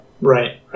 Right